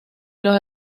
los